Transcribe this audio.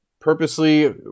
purposely